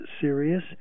serious